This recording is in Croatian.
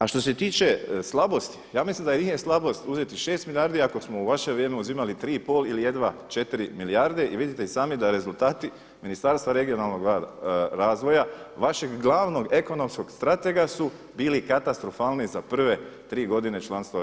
A što se tiče slabosti, ja mislim da … slabost uzeti 6 milijardi ako smo u vaše vrijeme uzimali 3,5 ili jedva 4 milijarde i vidite i sami da rezultati Ministarstva regionalnog razvoja vašeg glavnog ekonomskog stratega su bili katastrofalni za prve tri godine članstva u EU.